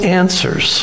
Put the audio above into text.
answers